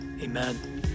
Amen